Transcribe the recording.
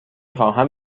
خواهم